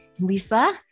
Lisa